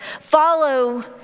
follow